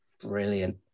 brilliant